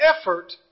effort